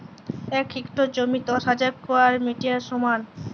এক হেক্টর জমি দশ হাজার স্কোয়ার মিটারের সমান